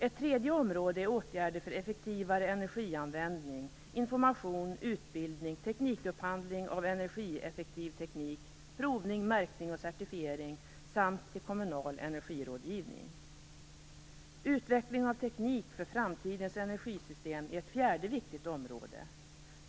Ett tredje område är åtgärder för en effektivare energianvändning samt för information, utbildning, teknikupphandling av energieffektiv teknik, provning, märkning och certifiering. Dessutom gäller det kommunal energirådgivning. Utvecklingen av teknik för framtidens energisystem är ett fjärde viktigt område.